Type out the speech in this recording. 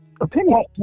Opinion